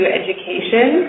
education